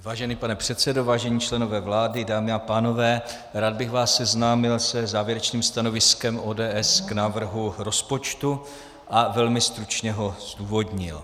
Vážený pane předsedo, vážení členové vlády, dámy a pánové, rád bych vás seznámil se závěrečným stanoviskem ODS k návrhu rozpočtu a velmi stručně ho zdůvodnil.